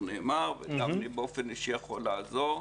וגם אני באופן אישי נוכל לעזור,